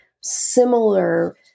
similar